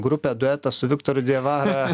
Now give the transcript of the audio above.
grupę duetą su viktoru diavara